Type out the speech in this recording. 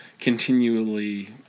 continually